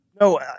No